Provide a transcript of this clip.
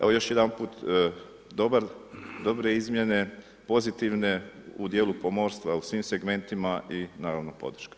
Evo još jedanput, dobar, dobre izmjene, pozitivne u dijelu pomorstva u svim segmentima i naravno podrška.